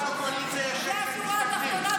זאת השורה התחתונה,